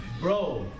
Bro